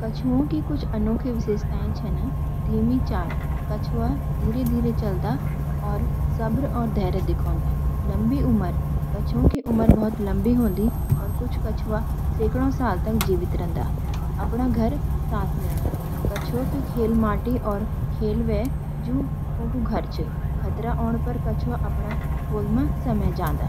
कछुओं की कुछ अनोखी विशेषताएँ छन: धीमी चाल: कछुआ धीरे-धीरे चालदा, सब्र और धैर्य दिखोंदा। लंबी उमर: कछुओं की उमर बहुत लंबी हों दी, कुछ कछुआ सैकड़ों साल तक जीवीत रैनदा। अपण घर साथ लेण: कछुए की खाल मोटी औ खोल ह्वे ज्वो उकु घर ह्वे। खतरा औणे पे कछुआ अपन खोल में समा जांदा।